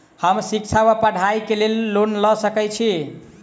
हम शिक्षा वा पढ़ाई केँ लेल लोन लऽ सकै छी?